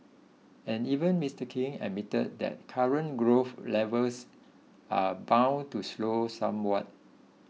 and even Mister King admitted that current growth levels are bound to slow somewhat